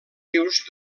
rius